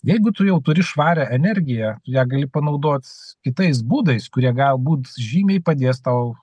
jeigu tu jau turi švarią energiją ją gali panaudot kitais būdais kurie galbūt žymiai padės tau